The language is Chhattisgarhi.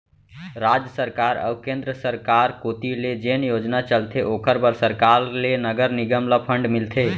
राज सरकार अऊ केंद्र सरकार कोती ले जेन योजना चलथे ओखर बर सरकार ले नगर निगम ल फंड मिलथे